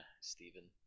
Stephen